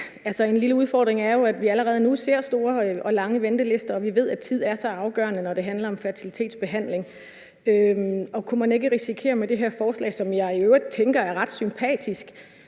En lille udfordring er jo, at vi allerede nu ser store og lange ventelister, og vi ved, at tid er så afgørende, når det handler om fertilitetsbehandling. Kunne man ikke risikere med det her forslag, som jeg i øvrigt tænker er ret sympatisk,